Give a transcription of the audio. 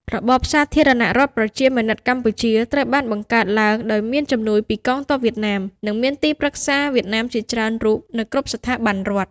របប សាធារណរដ្ឋប្រជាមានិតកម្ពុជា ត្រូវបានបង្កើតឡើងដោយមានជំនួយពីកងទ័ពវៀតណាម និងមានទីប្រឹក្សាវៀតណាមជាច្រើនរូបនៅគ្រប់ស្ថាប័នរដ្ឋ។